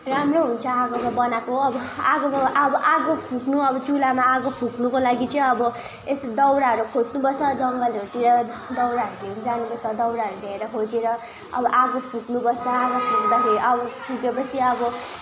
राम्रो हुन्छ आगोमा बनाएको अब आगो अब आगो अब फुक्नु चुल्हामा आगो फुक्नुको लागि चाहिँ अब एस् दाउराहरू खोज्नुपर्छ जङ्गलहरूतिर दाउराहरू लिन जानुपर्छ दाउराहरू ल्याएर खोजेर अब आगो फुक्नुको साह्रो हुँदाखेरि अब फुकेपछि अब